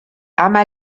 ama